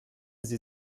sie